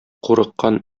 курыккан